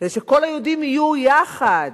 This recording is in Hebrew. כדי שכל היהודים יהיו יחד